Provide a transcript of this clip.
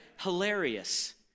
hilarious